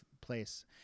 place